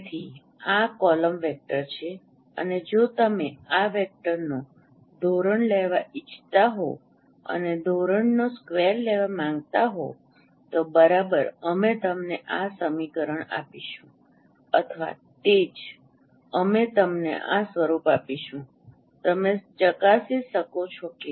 તેથી આ column vector છે અને જો તમે આ વેક્ટરનો ધોરણ લેવા ઈચ્છતા હો અને ધોરણનો સ્ક્વેર લેવા માંગતા હો તો બરાબર અમે તમને આ સમીકરણ આપીશું અથવા તે જ અમે તમને આ સ્વરૂપ આપીશું તમે ચકાસી શકો છો કે